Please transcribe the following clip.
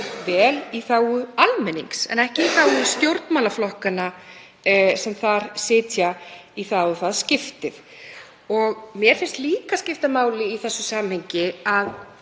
vel í þágu almennings en ekki stjórnmálaflokkanna sem þar sitja í það og það skiptið. Mér finnst líka skipta máli í þessu samhengi tal